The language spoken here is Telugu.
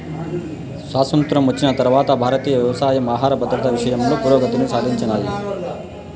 స్వాతంత్ర్యం వచ్చిన తరవాత భారతీయ వ్యవసాయం ఆహర భద్రత విషయంలో పురోగతిని సాధించినాది